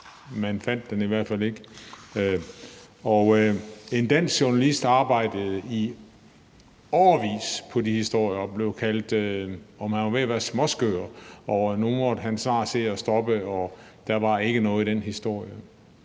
man fandt den i hvert fald ikke. Og en dansk journalist arbejdede i årevis på de historier. Man spurgte, om han var begyndt at blive småskør, og man sagde, at nu måtte han snart se at stoppe, og at der ikke var noget i den historie.